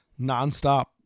nonstop